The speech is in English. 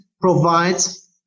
provides